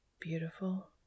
Beautiful